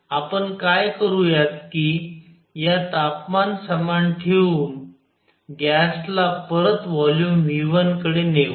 आपण काय करू कि या तापमान समान ठेऊन गॅस ला परत व्हॉल्यूम V1 कडे नेऊ